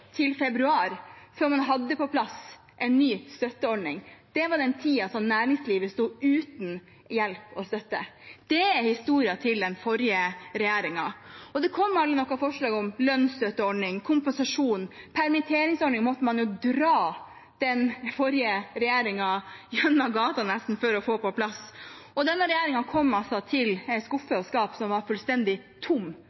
før man hadde på plass en ny støtteordning. Det var den tiden næringslivet sto uten hjelp og støtte. Det er historien til den forrige regjeringen. Og det kom aldri noe forslag om lønnsstøtteordning, kompensasjon. Permitteringsordning måtte man jo nesten dra den forrige regjeringen gjennom gata for å få på plass. Denne regjeringen kom til